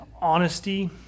honesty